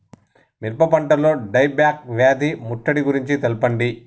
మిరప పంటలో die back వ్యాధి ముట్టడి గురించి తెల్పండి?